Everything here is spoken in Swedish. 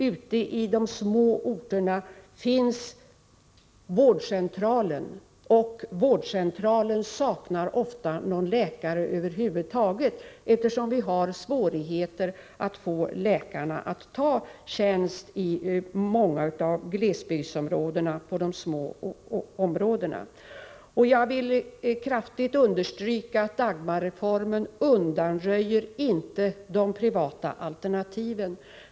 Ute i de små orterna finns vårdcentraler, och vårdcentraler saknar ofta läkare över huvud taget, eftersom det är svårt att få läkare att ta tjänst på de små orterna i glesbygdsområden. Jag vill kraftigt understryka att Dagmarreformen inte undanröjer de privata alternativen.